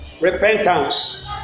Repentance